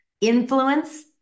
Influence